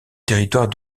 territoire